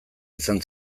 izan